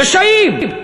רשעים.